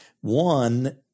one